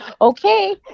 Okay